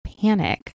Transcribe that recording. panic